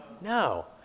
No